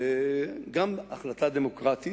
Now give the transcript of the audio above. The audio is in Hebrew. גם בהחלטה דמוקרטית,